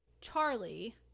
Charlie